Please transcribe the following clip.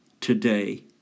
today